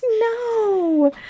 no